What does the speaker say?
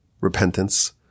repentance